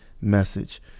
message